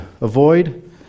Avoid